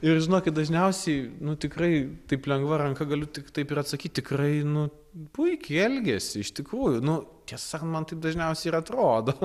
ir žinokit dažniausiai nu tikrai taip lengva ranka galiu tik taip ir atsakyt tikrai nu puikiai elgiasi iš tikrųjų nu tiesa sakant man taip dažniausiai ir atrodo